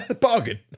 Bargain